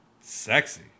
sexy